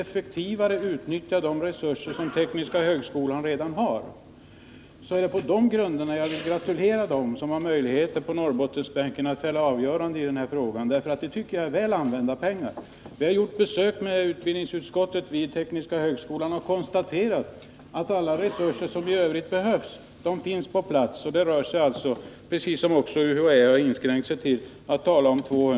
effektivare kan utnyttja de resurser som tekniska högskolan redan har, så vill jag på de grunderna gratulera dem på Norrbottensbänken som har möjligheter att fälla avgörande i den här frågan. Det tycker jag är väl använda pengar. Vi har med utbildningsutskottet gjort besök på tekniska högskolan och konstaterat att de alla resurser som i övrigt behövs finns på plats. Det rör sig om 200 000 kr. — precis som UHÄ har inskränkt sig till att tala om.